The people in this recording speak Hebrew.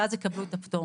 ואז יקבלו את הפטור.